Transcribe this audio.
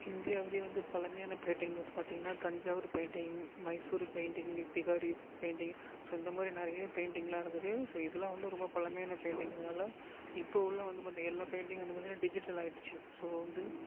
இந்தியாவிலயே வந்து பழமையான painting work வந்து பார்த்திங்கன்னா Thanjavur painting Mysore painting Bihari painting so இந்தமாதிரி நிறைய பெயிண்டிங்லாம் இருக்குது ஸோ இதெல்லாம் வந்து ரொம்ப பழமையான பெயிண்டிங் இதனால் இப்போ உள்ளே வந்து மற்ற எல்லா பெயிண்டிங்கும் அந்த மாதிரியான பார்த்திங்கன்னா டிஜிட்டல் ஆயிடுச்சு ஸோ வந்து